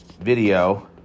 video